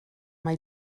mae